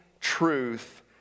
truth